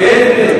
כן,